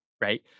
right